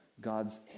God's